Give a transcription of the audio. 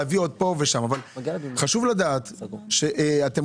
צריך לזכור שההוצאה שאנחנו